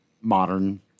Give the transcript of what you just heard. modern